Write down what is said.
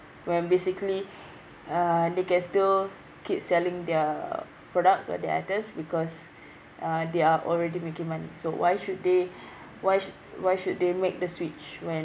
when basically uh they can still keep selling their products or their items because uh they are already making money so why should they why should why should they make the switch when